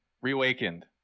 reawakened